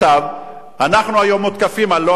אנחנו היום מותקפים על לא עוול בכפנו,